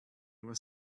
was